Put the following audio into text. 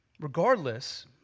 Regardless